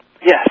Yes